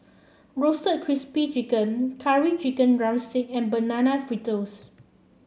Roasted Crispy chicken Curry Chicken drumstick and Banana Fritters